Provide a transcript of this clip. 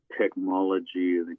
technology